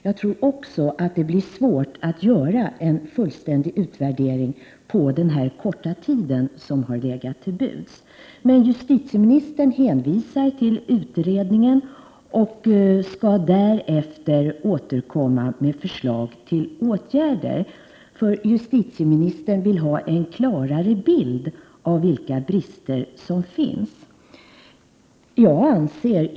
Också jag tror att det blir svårt att göra en fullständig utvärdering på den korta tid som stått till buds. Justitieministern hänvisar till utredningen och skall därefter återkomma med förslag till åtgärder, för justitieministern vill ha en klarare bild av vilka brister som finns.